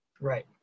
Right